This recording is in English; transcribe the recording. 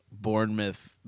Bournemouth